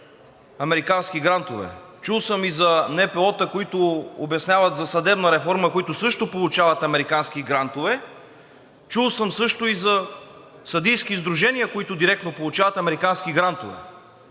американски грантове, чул съм и за НПО-та, които обясняват за съдебна реформа, които също получават американски грантове, чул съм също и за съдийски сдружения, които директно получават американски грантове.